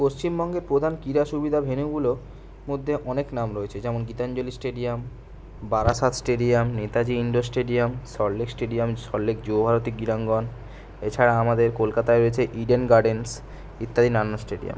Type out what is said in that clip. পশ্চিমবঙ্গের প্রধান ক্রীড়া সুবিধা ভেনুগুলোর মধ্যে অনেক নাম রয়েছে যেমন Gitanjali stadium Barasat stadium Netaji indoor stadium Salt Lake stadium Salt Lake Yuva Bharati Krirangan এছাড়া আমাদের কলকাতায় রয়েছে ইডেন গার্ডেন্স ইত্যাদি নানা স্টেডিয়াম